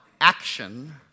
action